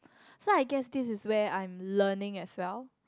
so I guess this is where I'm learning as well